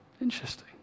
interesting